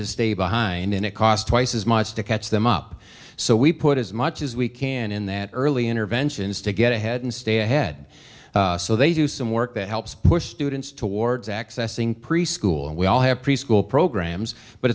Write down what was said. to stay behind and it cost twice as much to catch them up so we put as much as we can in that early interventions to get ahead and stay ahead so they do some work that helps push students towards accessing preschool and we all have preschool programs but